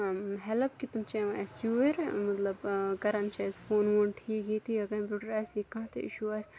help کہِ تِم چھِ یِوان اَسہِ یوٗرۍ مطلب کَرَن چھِ أسۍ فون وون ٹھیٖک ییٚتی یا کمپیوٗٹر آسہِ یا کانٛہہ تہِ اِشوٗ آسہِ